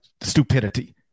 stupidity